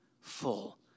full